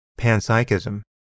panpsychism